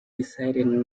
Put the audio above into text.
decided